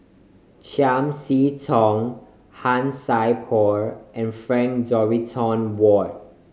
Chiam See Tong Han Sai Por and Frank Dorrington Ward